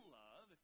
love